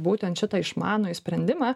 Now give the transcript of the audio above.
būtent šitą išmanųjį sprendimą